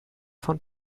von